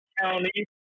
County